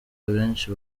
abenshi